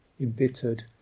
embittered